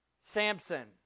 Samson